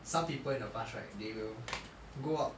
some people in the past right they will go out